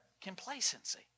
Complacency